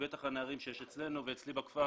בטח הנערים שיש אצלנו ואצלי בכפר